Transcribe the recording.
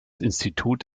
institut